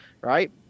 right